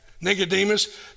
Nicodemus